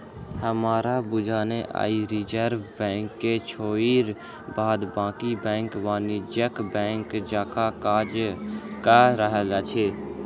हमरा बुझने आइ रिजर्व बैंक के छोइड़ बाद बाँकी बैंक वाणिज्यिक बैंक जकाँ काज कअ रहल अछि